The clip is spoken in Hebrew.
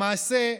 למעשה,